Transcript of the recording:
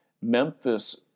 Memphis